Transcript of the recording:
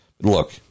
look